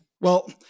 Well-